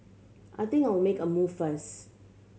I think I'll make a move first